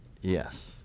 Yes